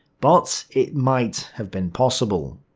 but it might have been possible.